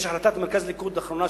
יש החלטת מרכז ליכוד אחרונה,